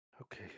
Okay